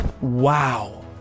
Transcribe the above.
Wow